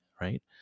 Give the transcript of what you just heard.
right